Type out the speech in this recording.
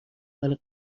اول